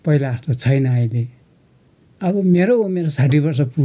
पहिला जस्तो छैन अहिले अब उमेर साठी वर्ष पुग्यो